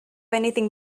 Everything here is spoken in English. anything